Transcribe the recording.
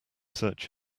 search